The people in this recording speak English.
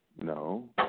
no